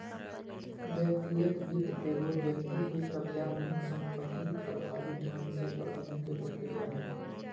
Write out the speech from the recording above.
व्यक्तिगत वित्त एगो व्यक्ति के कब्ज़ा में संपत्ति प्रभावी ढंग से प्रबंधन के प्रक्रिया हइ